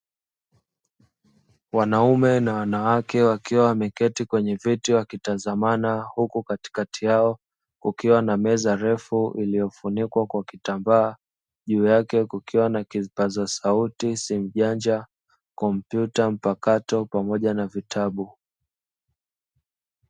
Wanaume na wanawake wakiwa wameketi kwenye viti wa kitazamana huku katikati yao kukiwa na meza refu iliyofunikwa kwa kitambaa, juu yake kukiwa na kipaza sauti, simu janja, kompyuta mpakato, pamoja na vitabu.